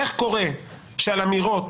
איך קורה שעל אמירות